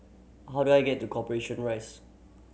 how do I get to Corporation Rise